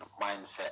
mindset